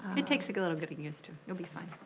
it takes like a little getting used to, you'll be fine.